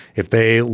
if they,